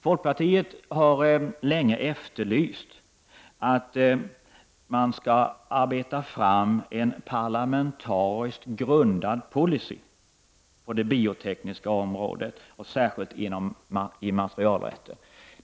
Folkpartiet har länge önskat att man skall utarbeta en parlamentariskt grundad policy på det biotekniska området, särskilt inom immaterialrätten.